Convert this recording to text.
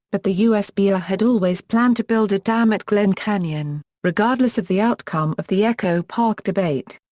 but the usbr had always planned to build a dam at glen canyon, regardless of the outcome of the echo park debate.